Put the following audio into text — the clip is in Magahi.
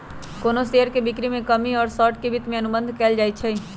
कोनो शेयर के बिक्री में कमी पर शॉर्ट वित्त के अनुबंध कएल जाई छई